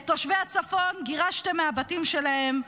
את תושבי הצפון גירשתם בפועל מהבתים שלהם,